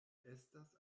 estas